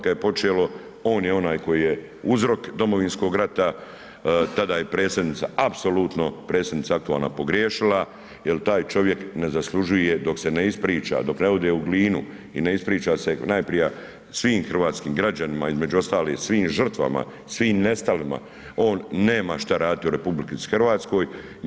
Kada je počelo on je onaj koji je uzrok Domovinskog rata, tada je predsjednica apsolutno predsjednica aktualna pogriješila jer taj čovjek ne zaslužuje dok se ne ispriča, dok ne ode u Glinu i ne ispriča se najprije svim hrvatskim građanima, između ostalih svim žrtvama, svim nestalima on nema što raditi u Republici Hrvatskoj.